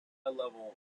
level